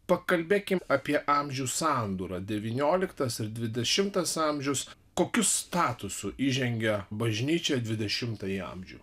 pakalbėkim apie amžių sandūra devynioliktas ir dvidešimtas amžius kokiu statusu įžengia bažnyčia į dvidešimtąjį amžių